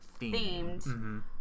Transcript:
themed